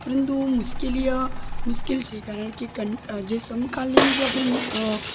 પરંતુ મુશ્કેલી મુશ્કિલ છે કારણ કે કં જે સમકાલીન જે આપણું